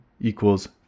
equals